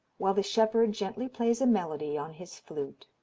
while the shepherd gently plays a melody on his flute.